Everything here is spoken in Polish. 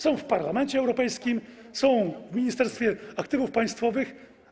Są w Parlamencie Europejskim, są w Ministerstwie Aktywów Państwowych.